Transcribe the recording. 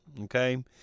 okay